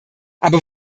aber